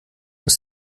ist